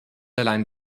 allein